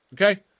Okay